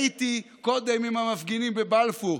הייתי קודם עם המפגינים בבלפור,